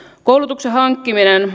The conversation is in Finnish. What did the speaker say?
koulutuksen hankkiminen